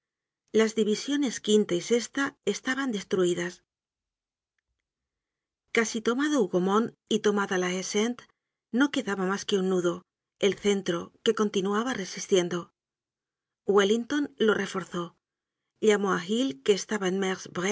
las divisiones quinta y sesta estaban destruidas content from google book search generated at casi tomado hougomont y tomada la haie sainte no quedaba mas que un nudo el centro que continuaba resistiendo wellington lo reforzó llamó á hill que estaba en